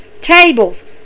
tables